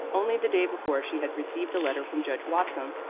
only the day before she had received a letter from judge watson,